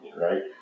right